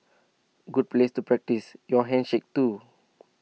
good place to practise your handshake too